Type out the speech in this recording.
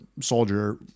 soldier